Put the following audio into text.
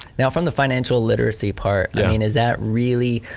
now from the financial literacy part yeah i mean is that really,